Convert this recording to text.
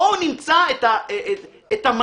בואו נמצא את המנגנון.